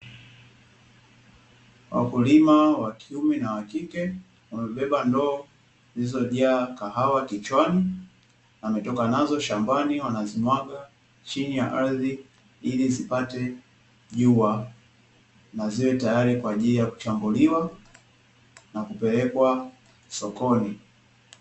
Wakulima wakiume na wakike wamebeba ndoo zilizojaa kahawa kichwani, wametoka nazo shambani wanazimwaga chini ya ardhi, ili zipate jua na ziwe tayari kwa ajili ya kuchambuliwa na kupelekwa sokoni.